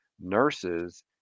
nurses